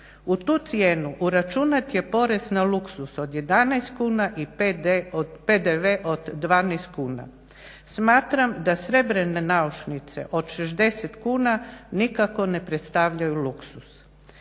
u tu cijenu uračunat je porez na luksuz od 11 kuna i PDV od 12 kuna. Smatram da srebrne naušnice od 60 kuna nikako ne predstavljaju luksuz.